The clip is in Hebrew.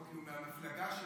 לא, כי הוא מהמפלגה שלי.